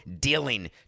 dealing